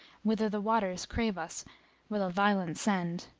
whither the waters crave us with a violent send.